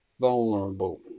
vulnerable